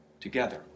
together